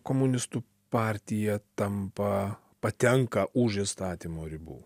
komunistų partija tampa patenka už įstatymo ribų